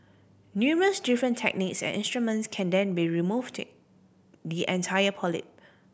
numerous different techniques and instruments can then be remove the entire polyp